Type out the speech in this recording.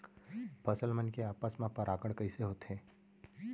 फसल मन के आपस मा परागण कइसे होथे?